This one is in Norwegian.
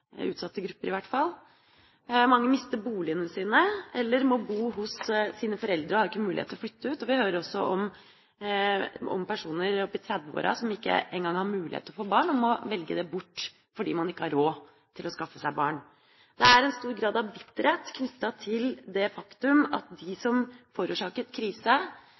utsatte grupper. Mange mister boligene sine eller må bo hos sine foreldre og har ikke mulighet til å flytte ut. Vi hører også om personer oppe i 30-årene som ikke engang har mulighet til å få barn, som må velge det bort fordi man ikke har råd til å skaffe seg barn. Det er en stor grad av bitterhet knyttet til det faktum at de som forårsaket